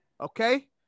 okay